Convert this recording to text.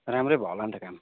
राम्रै भयो होला नि त काम